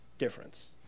Difference